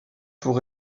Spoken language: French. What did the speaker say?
pour